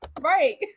Right